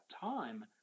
time